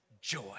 joy